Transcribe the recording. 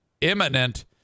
imminent